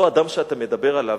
אותו אדם שאתה מדבר עליו,